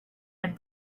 and